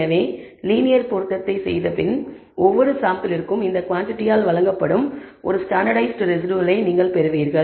எனவே லீனியர் பொருத்தத்தை செய்தபின் ஒவ்வொரு சாம்பிளிற்கும் இந்த குவாண்டிடியால் வழங்கப்படும் ஒரு ஸ்டாண்டர்ட்டைஸ்ட் ரெஸிடுவல் பெறுவீர்கள்